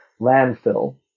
landfill